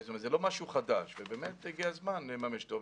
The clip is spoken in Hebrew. זה לא משהו חדש, ובאמת הגיע הזמן לממש אותו.